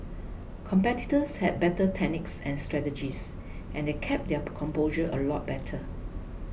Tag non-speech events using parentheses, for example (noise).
competitors had better techniques and strategies and they kept their (noise) composure a lot better